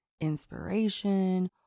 inspiration